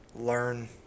learn